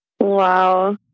Wow